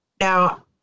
Now